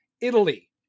Italy